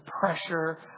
pressure